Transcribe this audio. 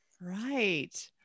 Right